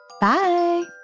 Bye